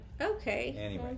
okay